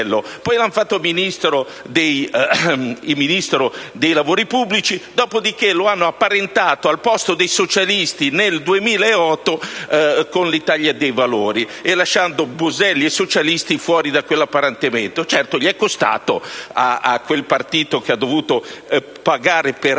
al Mugello e poi Ministro dei lavori pubblici. Dopodiché, lo hanno apparentato, al posto dei socialisti, nel 2008, con l'Italia dei Valori, lasciando Boselli e i socialisti fuori da quell'apparentamento. Certo, ciò è costato a quel partito, che ha dovuto pagare per anni,